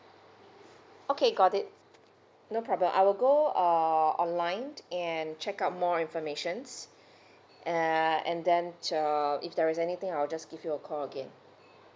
okay got it no problem I will go err online and check out more informations uh and then err if there is anything I'll just give you a call again